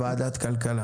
ולתמצת.